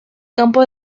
campo